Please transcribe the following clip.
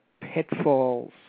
pitfalls